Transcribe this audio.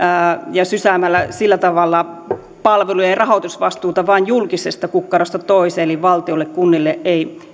ja sysäämällä palvelujen rahoitusvastuuta vain julkisesta kukkarosta toiseen eli valtiolta kunnille ei